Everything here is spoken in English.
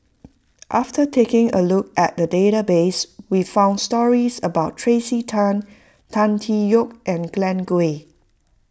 after taking a look at the database we found stories about Tracey Tan Tan Tee Yoke and Glen Goei